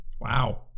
Wow